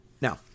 now